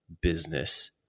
business